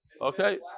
Okay